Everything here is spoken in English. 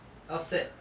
upset